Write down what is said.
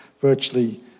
virtually